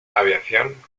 aviación